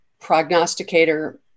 prognosticator